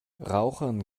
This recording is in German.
rauchern